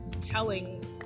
telling